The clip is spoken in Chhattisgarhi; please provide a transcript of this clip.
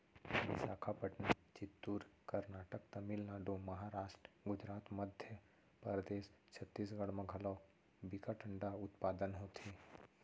बिसाखापटनम, चित्तूर, करनाटक, तमिलनाडु, महारास्ट, गुजरात, मध्य परदेस, छत्तीसगढ़ म घलौ बिकट अंडा उत्पादन होथे